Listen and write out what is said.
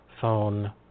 phone